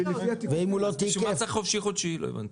בשביל מה צריך חופשי-חודשי, לא הבנתי.